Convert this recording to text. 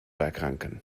erkranken